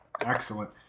Excellent